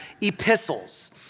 epistles